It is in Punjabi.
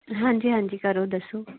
ਹਾਂਜੀ ਹਾਂਜੀ ਕਰੋ ਦੱਸੋ